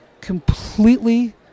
completely